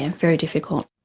and very difficult.